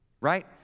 right